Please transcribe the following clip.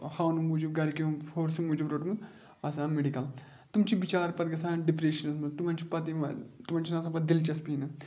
ہاونہٕ موٗجوٗب گَرِکیو فورسہٕ موٗجوٗب روٚٹمُت آسان میڈِکَل تِم چھِ بِچار پَتہٕ گژھان ڈِپرٛیشنَس منٛز تِمَن چھُ پَتہٕ یِوان تِمَن چھُنہٕ آسان پَتہٕ دِلچَسپی نہٕ